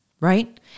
right